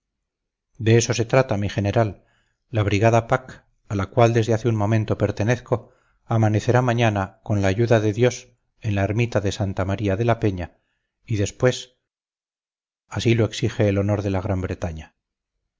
de eso se trata mi general la brigada pack a la cual desde hace un momento pertenezco amanecerá mañana con la ayuda de dios en la ermita de santa maría de la peña y después así lo exige el honor de la gran bretaña